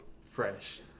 fresh